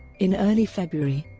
in early february,